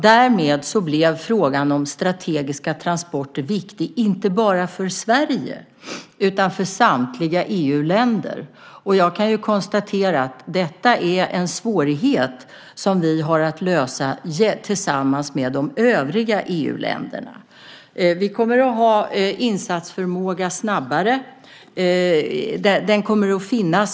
Därmed blev frågan om strategiska transporter viktig inte bara för Sverige utan för samtliga EU-länder. Jag kan konstatera att detta är en svårighet som vi har att lösa tillsammans med de övriga EU-länderna. Vi kommer att ha en snabbare insatsförmåga.